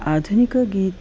आधुनिकगीते